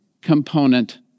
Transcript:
component